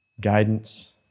guidance